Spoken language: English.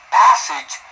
passage